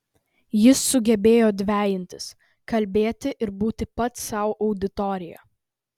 jis sugebėjo dvejintis kalbėti ir būti pats sau auditorija